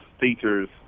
teachers